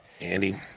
Andy